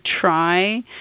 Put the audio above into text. try